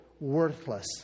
worthless